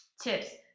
tips